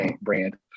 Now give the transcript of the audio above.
brand